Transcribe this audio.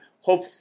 Hope